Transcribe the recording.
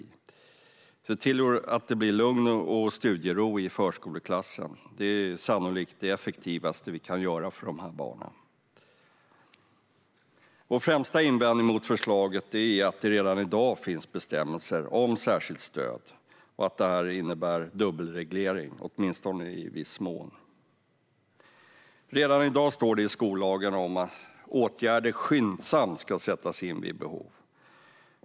Men man bör se till att det blir lugn och studiero i förskoleklassen. Det är sannolikt det effektivaste vi kan göra för de här barnen. Vår främsta invändning mot förslaget är att det redan i dag finns bestämmelser om särskilt stöd och att detta innebär en dubbelreglering, åtminstone i viss mån. Redan i dag står det i skollagen att åtgärder skyndsamt ska sättas in vid behov.